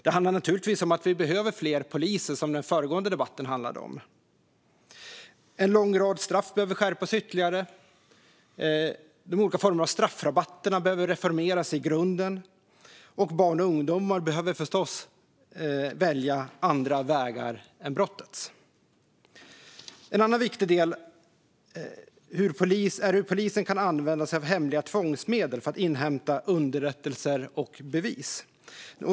Det handlar naturligtvis om att vi behöver fler poliser, som den föregående debatten handlade om. En lång rad straff behöver skärpas ytterligare. De olika formerna av straffrabatter behöver reformeras i grunden, och barn och ungdomar behöver förstås välja andra vägar än brottets. En annan viktig del är hur polisen kan använda sig av hemliga tvångsmedel för att inhämta underrättelser och bevis.